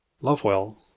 Lovewell